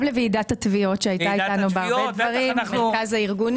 גם לוועידת התביעות שהייתה אתנו בדברים רבים ולמרכז הארגונים.